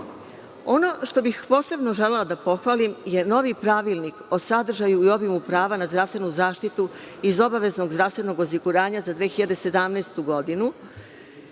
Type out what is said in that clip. što bih posebno želela da pohvalim jeste novi pravilnik o sadržaju i obimu prava na zdravstvenu zaštitu iz obaveznog zdravstvenog osiguranja za 2017. godinu,